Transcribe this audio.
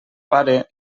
pare